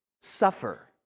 suffer